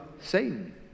Satan